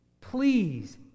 please